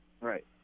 Right